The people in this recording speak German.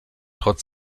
trotz